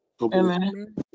Amen